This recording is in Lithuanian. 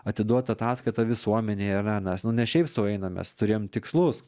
atiduot ataskaitą visuomenei ar ne nes nu šiaip sau einam mes turėjom tikslus